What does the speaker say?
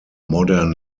modern